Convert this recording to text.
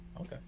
okay